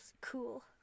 cool